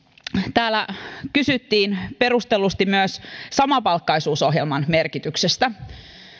täällä kysyttiin perustellusti myös samapalkkaisuusohjelman merkityksestä